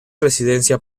residencia